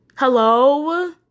Hello